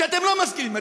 שאתם לא מסכימים לו.